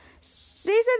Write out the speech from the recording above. season